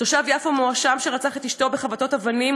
תושב יפו מואשם שרצח את אשתו בחבטות אבנים